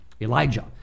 Elijah